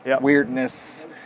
weirdness